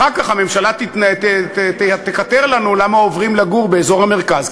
אחר כך הממשלה תקטר לנו למה עוברים לגור באזור המרכז,